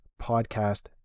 podcast